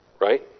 right